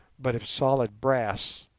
but of solid brass,